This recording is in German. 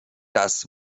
das